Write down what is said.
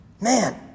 Man